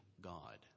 God